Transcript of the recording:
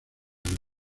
nada